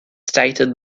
stated